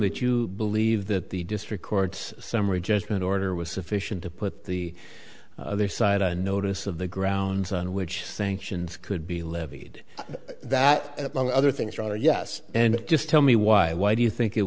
that you believe that the district court summary judgment order was sufficient to put the other side on notice of the grounds on which sanctions could be levied that and other things rather yes and just tell me why why do you think it